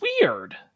weird